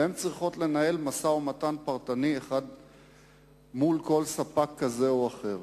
והן צריכות לנהל משא-ומתן פרטני אחד מול כל ספק כזה או אחר.